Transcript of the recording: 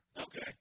Okay